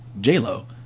J-Lo